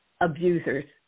abusers